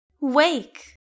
wake